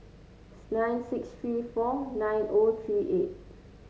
nine six three four nine O three eight